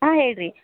ಹ್ಞೂ ಹೇಳಿರಿ